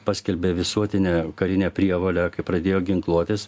paskelbė visuotinę karinę prievolę kai pradėjo ginkluotis